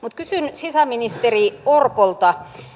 kysyn sisäministeri orpolta